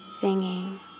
singing